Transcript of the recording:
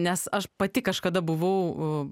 nes aš pati kažkada buvau